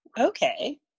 Okay